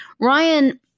Ryan